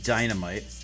Dynamite